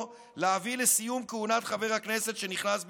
להביא לסיום כהונת חבר הכנסת שנכנס במקומו.